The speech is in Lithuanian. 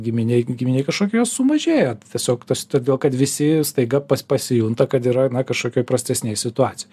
giminėj giminėj kažkokioje sumažėja tiesiog tas todėl kad visi staiga pas pasijunta kad yra na kažkokioj prastesnėj situacijoj